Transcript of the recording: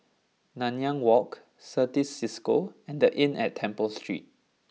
Nanyang Walk Certis Cisco and The Inn at Temple Street